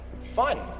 fun